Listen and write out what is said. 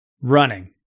running